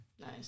Nice